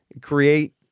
create